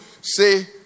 say